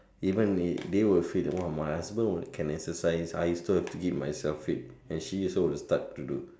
even if they will feel !wah! my husband will can exercise I still have to keep myself fit and she will start to do